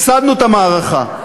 הפסדנו את המערכה.